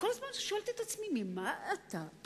כל הזמן אני שואלת את עצמי: ממה אתה פוחד?